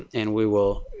and we will,